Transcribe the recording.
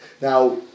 Now